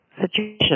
situation